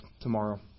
tomorrow